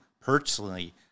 personally